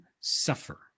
suffer